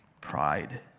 pride